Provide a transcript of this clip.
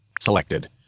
Selected